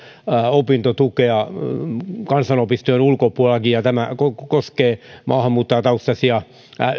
opintotukea myös kansanopistojen ulkopuolella tämä koskee maahanmuuttajataustaisia